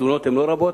התלונות הן לא רבות,